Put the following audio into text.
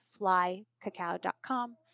flycacao.com